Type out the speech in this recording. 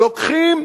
לוקחים